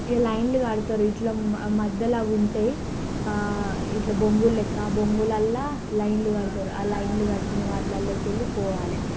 ఇక లైన్లు కడతారు ఇట్లా మధ్యలో అవి ఉంటాయి ఇట్లా బొంగులు లెక్కా బొంగులలో లైన్లు కడతారు ఆ లైన్లు కట్టిన వాటిలోకెళ్ళి పోవాలి